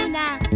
now